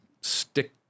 stick